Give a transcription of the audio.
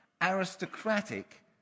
aristocratic